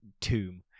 tomb